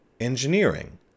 engineering